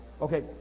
Okay